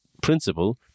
principle